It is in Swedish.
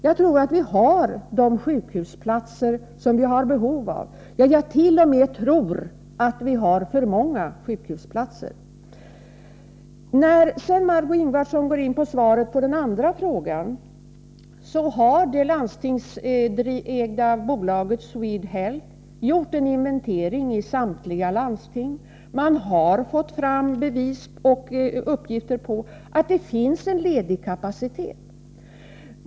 Jag tror att vi har de sjukhusplatser som vi har behov av. Jag tror t.o.m. att vi har för många sjukhusplatser. När det gäller mitt svar på Margö Ingvardssons andra fråga vill jag säga att det landstingsägda bolaget Swedhealth har gjort en inventering i samtliga landsting. Man har fått fram bevis för att det finns en ledig kapacitet.